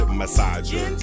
massager